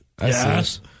Yes